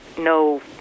no